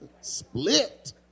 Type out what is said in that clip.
Split